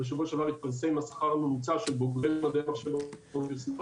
בשבוע שעבר התפרסם השכר הממוצע של בוגרי מדעי המחשב באוניברסיטאות,